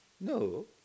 No